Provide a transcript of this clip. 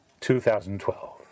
2012